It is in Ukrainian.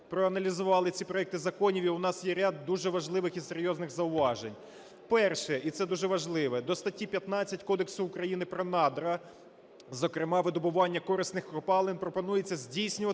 проаналізували ці проекти законів, і у нас є ряд дуже важливих і серйозних зауважень. Перше, і це дуже важливо: до статті 15 Кодексу України про надра, зокрема, видобування корисних копалин пропонується здійснювати